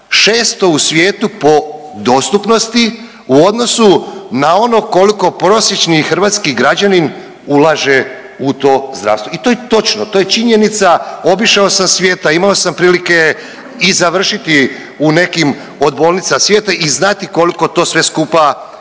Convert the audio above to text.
šesto u svijetu po dostupnosti u odnosu na ono koliko prosječni hrvatski građanin ulaže u to zdravstvo. I to je točno, to je činjenica, obišao sam svijeta, imao sam prilike i završiti u nekim od bolnica svijeta i znati koliko to sve skupa, kolko